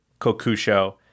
Kokusho